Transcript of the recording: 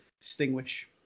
distinguish